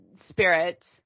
spirits